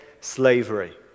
slavery